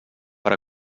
per